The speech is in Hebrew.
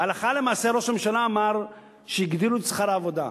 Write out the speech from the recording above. הלכה למעשה ראש הממשלה אמר שהגדילו את שכר העבודה.